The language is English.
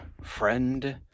friend